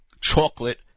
Chocolate